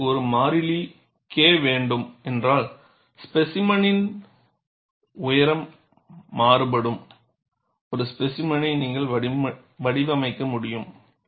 உங்களுக்கு ஒரு மாறிலி K வேண்டும் என்றால் ஸ்பேசிமென்னின் உயரம் மாறுபடும் ஒரு ஸ்பேசிமெனை நீங்கள் வடிவமைக்க முடியும்